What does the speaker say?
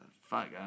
fuck